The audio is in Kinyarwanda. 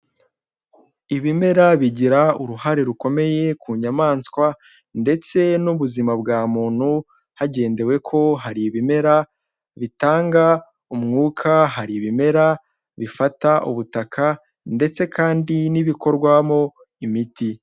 Ibimera bigira uruhare rukomeye ku nyamanswa ndetse n'ubuzima bwa muntu hagendewe ko hari ibimera bitanga umwuka, hari ibimera bifata ubutaka ndetse kandi n'ibikorwamo imiti.